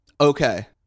Okay